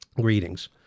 greetings